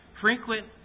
Frequent